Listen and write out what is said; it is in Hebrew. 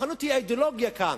הכוחנות היא האידיאולוגיה כאן.